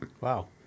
Wow